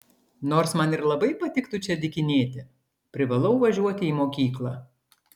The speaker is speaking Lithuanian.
nors man ir labai patiktų čia dykinėti privalau važiuoti į mokyklą